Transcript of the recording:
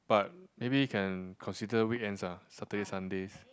but maybe you can consider weekends uh Saturday Sundays